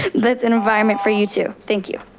but it's an environment for you too, thank you.